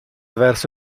verso